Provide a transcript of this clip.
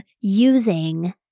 using